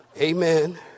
Amen